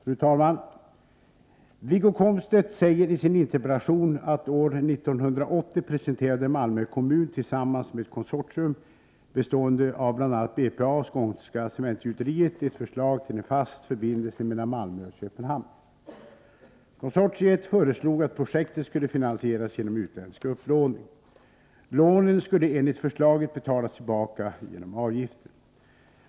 Fru talman! Wiggo Komstedt säger i sin interpellation att år 1980 presenterade Malmö kommun tillsammans med ett konsortium bestående av bl.a. BPA och Skånska Cementgjuteriet ett förslag till en fast förbindelse mellan Malmö och Köpenhamn. Konsortiet föreslog att projektet skulle finansieras genom utländsk upplåning. Lånen skulle enligt förslaget betalas tillbaka genom avgifter.